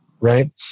Right